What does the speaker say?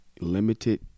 limited